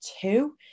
two